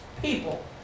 people